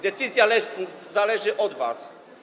Decyzja zależy od was.